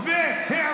זה היה